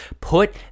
Put